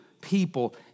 people